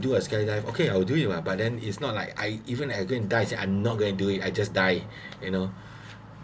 do a skydive okay I'll do you but then is not like I even like going to die I'm not going to do it I just die you know